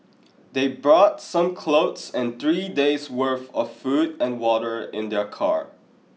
they brought some clothes and three days' worth of food and water in their car